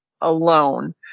alone